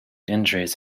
injuries